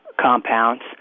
compounds